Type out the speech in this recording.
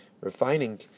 refining